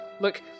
Look